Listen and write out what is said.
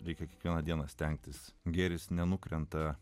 reikia kiekvieną dieną stengtis gėris nenukrenta